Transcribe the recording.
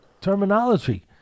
terminology